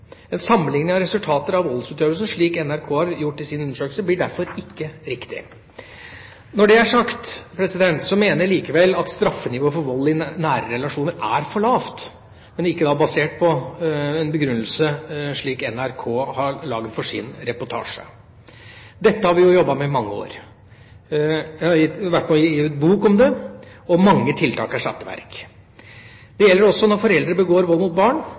En sammenligning av resultater av voldsutøvelsen, slik NRK har gjort i sin undersøkelse, blir derfor ikke riktig. Når det er sagt, mener jeg likevel at straffenivået for vold i nære relasjoner er for lavt, men ikke basert på en begrunnelse lik den NRK har laget for sin reportasje. Dette har vi jobbet med i mange år. Jeg har vært med på å gi ut bok om det, og mange tiltak er satt i verk. Det gjelder også når foreldre begår vold mot barn.